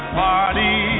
party